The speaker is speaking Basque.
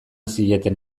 zieten